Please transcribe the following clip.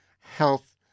health